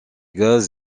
gaz